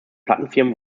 plattenfirmen